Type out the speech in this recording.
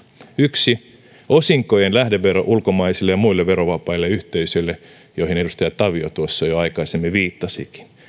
yksi osinkojen lähdevero ulkomaisille ja muille verovapaille yhteisöille joihin edustaja tavio tuossa jo aikaisemmin viittasikin